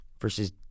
versus